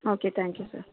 okay thank you sir